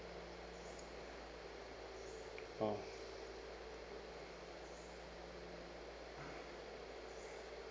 orh